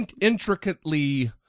intricately